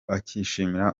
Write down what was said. akishimira